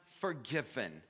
forgiven